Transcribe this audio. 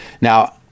Now